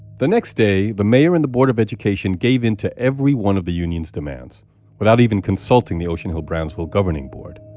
the next day, the mayor and the board of education gave in to every one of the union's demands without even consulting the ocean hill-brownsville governing board.